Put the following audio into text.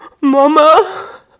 Mama